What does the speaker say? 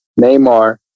Neymar